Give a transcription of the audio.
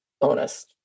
bonus